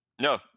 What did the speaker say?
No